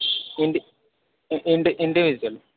Indi इ इण्डि individual